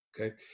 Okay